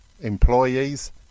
employees